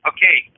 Okay